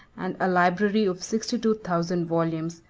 and a library of sixty-two thousand volumes,